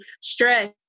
stress